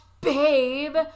babe